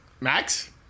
Max